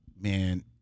Man